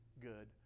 good